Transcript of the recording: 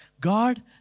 God